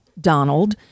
Donald